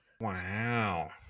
Wow